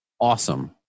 awesome